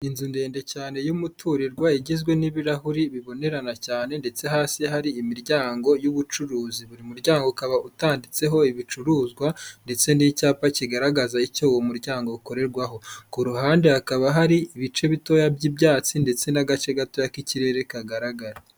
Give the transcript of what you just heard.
Inzu ndende cyane y'umuturirwa igizwe n'ibirahuri bibonerana cyane ndetse hasi hari imiryango y'ubucuruzi, buri muryango ukaba utanditseho ibicuruzwa ndetse n'icyapa kigaragaza icyo uwo muryango ukorerwaho. Ku ruhande hakaba hari ibice bitoya by'ibyatsi ndetse n'agace gato k'ikirere kagaragara.